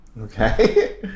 okay